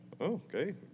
Okay